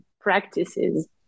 practices